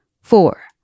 four